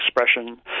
expression